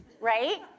right